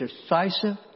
decisive